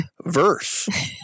Verse